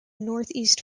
northeast